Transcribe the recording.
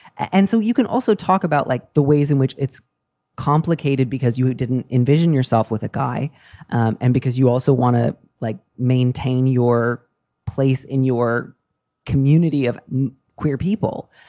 and so you can also talk about, like, the ways in which it's complicated because you didn't envision yourself with a guy and because you also want to, like, maintain your place in your community of people.